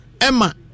Emma